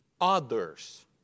others